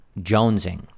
jonesing